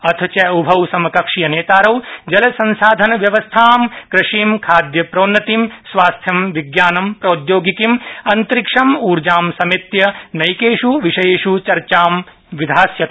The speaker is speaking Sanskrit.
अथ च उभौ समकक्षीयनेतारौ जलसंसाधनव्यवस्था कृषि खादय प्रोन्नति स्वास्थ्य विज्ञान प्रोद्यौगिकी अंतरिक्ष ऊर्जा समेत्य नैकेष् विषयेष् चर्चा विधास्यत